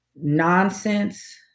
nonsense